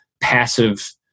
passive